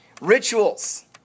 Rituals